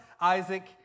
Isaac